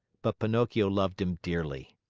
but pinocchio loved him dearly.